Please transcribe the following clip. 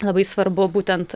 labai svarbu būtent